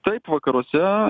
taip vakaruose